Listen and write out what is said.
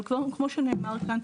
אבל כמו שנאמר כאן,